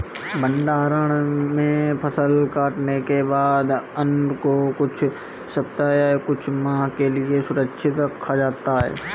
भण्डारण में फसल कटने के बाद अन्न को कुछ सप्ताह या कुछ माह के लिये सुरक्षित रखा जाता है